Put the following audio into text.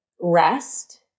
rest